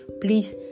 Please